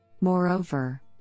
Moreover